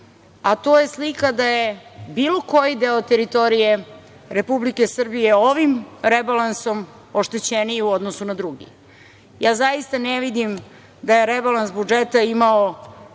a to je slika da je bilo koji deo teritorije Republike Srbije ovim rebalansom oštećeniji u odnosu na drugi. Zaista ne vidim da je rebalans budžeta imao,